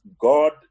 God